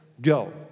go